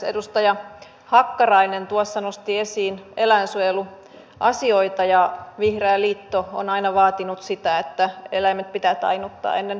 edustaja hakkarainen tuossa nosti esiin eläinsuojeluasioita ja vihreä liitto on aina vaatinut sitä että eläimet pitää tainnuttaa ennen teurastusta